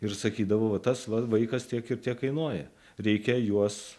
ir sakydavo va tas vaikas tiek ir tiek kainuoja reikia juos